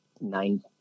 nine